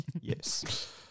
Yes